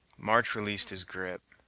march released his grip,